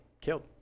killed